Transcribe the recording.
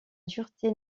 dureté